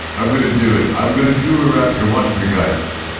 i'm gonna do it. i'm gonna do a rapture! watch me, guys.